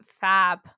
fab